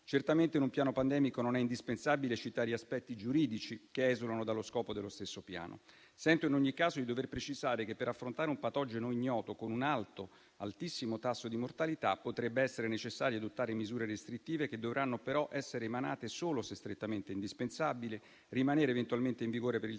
Certamente in un piano pandemico non è indispensabile citare aspetti giuridici, che esulano dallo scopo dello stesso piano. Sento in ogni caso di dover precisare che, per affrontare un patogeno ignoto con un alto o altissimo tasso di mortalità, potrebbe essere necessario adottare misure restrittive che dovranno però essere emanate solo se strettamente indispensabili, rimanere eventualmente in vigore per il